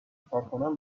کارکنان